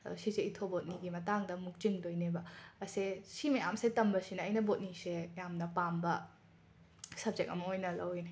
ꯑ ꯁꯤꯁꯦ ꯏꯊꯣꯕꯣꯠꯅꯤꯒꯤ ꯃꯇꯥꯡꯗ ꯑꯃꯨꯛ ꯆꯤꯡꯗꯣꯏꯅꯦꯕ ꯑꯁꯦ ꯁꯤ ꯃꯌꯥꯝꯁꯦ ꯇꯝꯕꯁꯤꯅ ꯑꯩꯅ ꯕꯣꯠꯅꯤꯁꯦ ꯌꯥꯝꯅ ꯄꯥꯝꯕ ꯁꯞꯖꯦꯛ ꯑꯃ ꯂꯧꯔꯤꯅꯦ